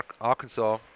Arkansas